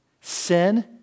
Sin